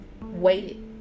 Waited